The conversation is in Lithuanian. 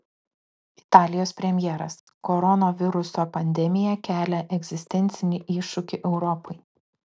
italijos premjeras koronaviruso pandemija kelia egzistencinį iššūkį europai